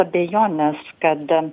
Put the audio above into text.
abejonės kad